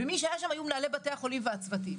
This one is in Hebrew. ומי שהיו שם היו מנהלי בתי החולים והצוותים.